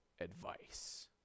advice